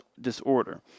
disorder